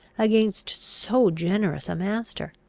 against so generous a master